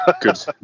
Good